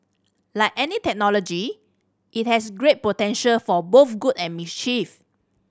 like any technology it has great potential for both good and mischief